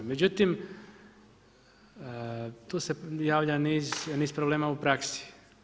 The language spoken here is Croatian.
Međutim, tu se javlja niz problema u praksi.